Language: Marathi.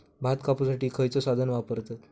भात कापुसाठी खैयचो साधन वापरतत?